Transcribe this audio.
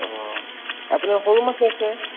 অঁ আপোনাৰ সৰু মাছো আছে